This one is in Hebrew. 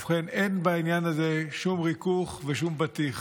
ובכן, אין בעניין הזה שום ריכוך ושום בטיח.